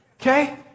Okay